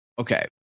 Okay